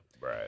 Right